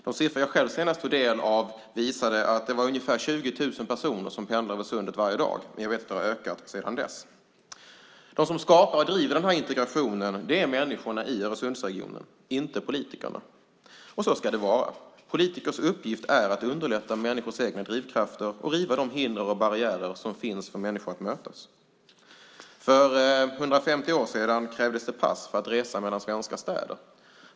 De siffror jag själv senast tog del av visade att det var ungefär 20 000 personer som pendlade över sundet varje dag. Det har ökat sedan dess. De som skapar och driver integrationen är människorna i Öresundsregionen, inte politikerna. Så ska det vara. Politikers uppgift är att underlätta för människors egna drivkrafter och att riva de hinder och barriärer som finns för människor att mötas. För 150 år sedan krävdes det pass för att resa mellan svenska städer.